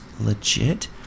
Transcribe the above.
legit